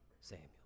Samuel